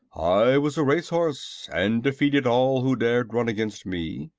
i was a race horse, and defeated all who dared run against me.